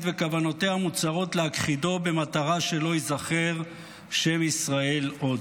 וכוונותיה המוצהרות להכחידו במטרה שלא ייזכר שם ישראל עוד.